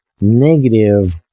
negative